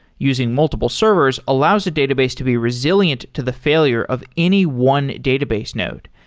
using multiple servers allows a database to be resilient to the failure of any one database node,